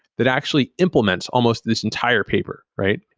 that actually implements almost this entire paper, right?